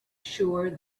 sure